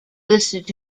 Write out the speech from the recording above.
listed